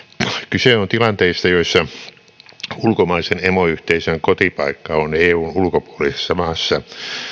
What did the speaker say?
kyse on tilanteista joissa ulkomaisen emoyhteisön kotipaikka on eun ulkopuolisessa maassa